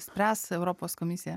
spręs europos komisija